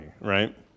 right